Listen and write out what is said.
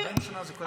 40 שנה זה קורה.